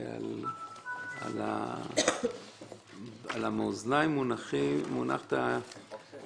על המאזניים מונח העניין